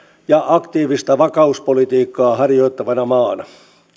ja aktiivista vakauspolitiikkaa harjoittavana maana